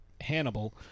Hannibal